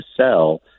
sell